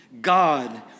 God